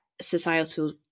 societal